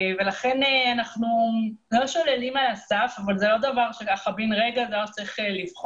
אנחנו לא שוללים על הסף אבל זה לא דבר שברגע נעשה.